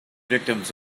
victims